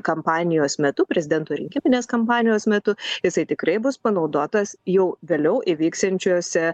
kampanijos metu prezidento rinkiminės kampanijos metu jisai tikrai bus panaudotas jau vėliau įvyksiančiuose